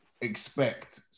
expect